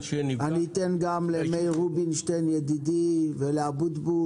אני מייצג 350,000 סטודנטים וסטודנטיות במדינת